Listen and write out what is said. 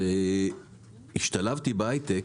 והשתלבתי בהייטק,